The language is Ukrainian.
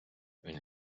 він